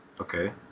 Okay